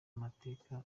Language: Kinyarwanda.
amateka